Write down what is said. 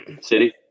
City